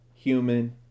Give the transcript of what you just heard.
human